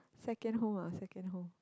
second home ah second home